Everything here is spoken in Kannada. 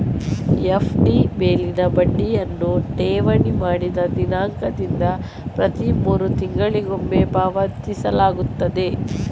ಎಫ್.ಡಿ ಮೇಲಿನ ಬಡ್ಡಿಯನ್ನು ಠೇವಣಿ ಮಾಡಿದ ದಿನಾಂಕದಿಂದ ಪ್ರತಿ ಮೂರು ತಿಂಗಳಿಗೊಮ್ಮೆ ಪಾವತಿಸಲಾಗುತ್ತದೆ